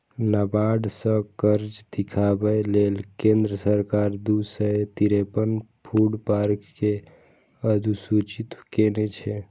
नाबार्ड सं कर्ज दियाबै लेल केंद्र सरकार दू सय तिरेपन फूड पार्क कें अधुसूचित केने छै